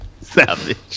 Savage